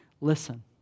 listen